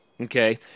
Okay